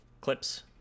clips